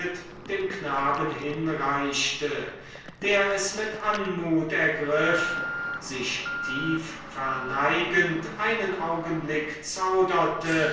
dem knaben hinreichte der es mit anmut ergriff sich tief verneigend einen augenblick zauderte